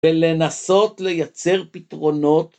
‫ולנסות לייצר פתרונות.